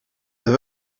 they